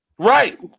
Right